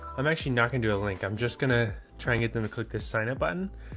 i'm actually not gonna do a link. i'm just going to try and get them to click this sign up button.